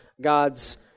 God's